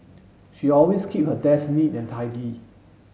she always keep her desk neat and tidy